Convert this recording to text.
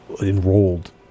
enrolled